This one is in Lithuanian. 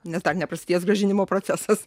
nes dar neprasidėjęs grąžinimo procesas